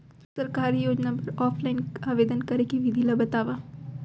सरकारी योजना बर ऑफलाइन आवेदन करे के विधि ला बतावव